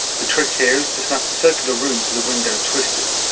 the trick here is to snap the circular room to the window twisted,